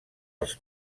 els